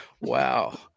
Wow